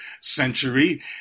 century